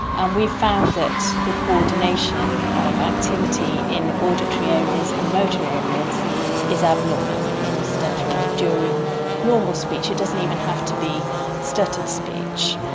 and we found that the coordination of activity in auditory areas and motor areas is abnormal in stuttering during normal speech, it doesn't even have to be stuttered speech.